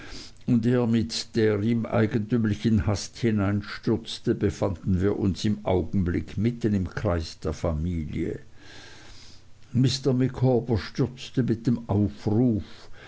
und er mit der ihm eigentümlichen hast hineinstürzte befanden wir uns im augenblick mitten im kreis der familie mr micawber stürzte mit dem ausruf